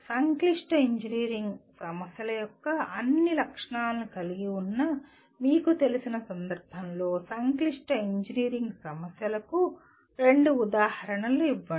సంక్లిష్ట ఇంజనీరింగ్ సమస్యల యొక్క అన్ని లక్షణాలను కలిగి ఉన్న మీకు తెలిసిన సందర్భంలో సంక్లిష్ట ఇంజనీరింగ్ సమస్యలకు రెండు ఉదాహరణలు ఇవ్వండి